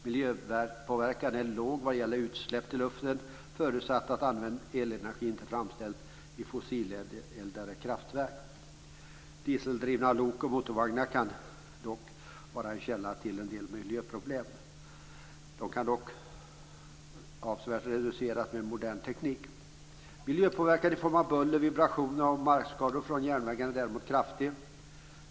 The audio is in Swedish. Miljöpåverkan är liten när det gäller utsläpp i luften, förutsatt att använd elenergi inte framställts i fossileldade kraftverk. Dieseldrivna lok och motorvagnar kan dock vara en källa till en del miljöproblem. De kan dock avsevärt reduceras med modern teknik. Miljöpåverkan i form av buller, vibrationer och markskador från järnvägarna är däremot kraftig.